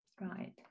right